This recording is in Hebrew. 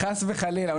חס וחלילה.